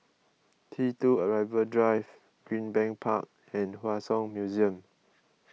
T two Arrival Drive Greenbank Park and Hua Song Museum